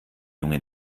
junge